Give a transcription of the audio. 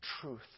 truth